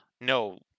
no